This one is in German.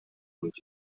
und